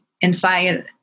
inside